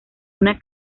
una